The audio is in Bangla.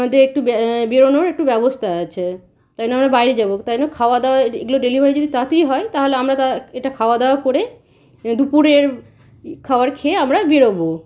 আমাদের একটু বেরোনোর একটু ব্যবস্তা আছে তাই জন্য আমরা বাইরে যাবো তাই জন্য খাওয়া দাওয়ায় এগুলো ডেলিভারি যদি তাড়াতাড়ি হয় তাহলে আমরা তো এটা খাওয়া দাওয়া করে দুপুরের খাবার খেয়ে আমরা বেরবো